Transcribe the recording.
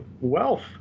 wealth